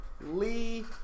Lee